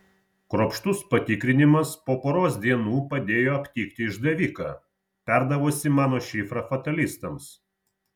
kruopštus patikrinimas po poros dienų padėjo aptikti išdaviką perdavusi mano šifrą fatalistams